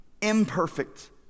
imperfect